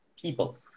people